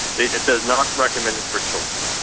it says not recommended for children,